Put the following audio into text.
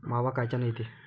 मावा कायच्यानं येते?